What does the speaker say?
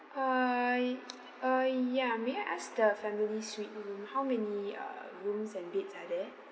err uh ya may I ask the family suite room how many uh rooms and beds are there